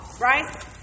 right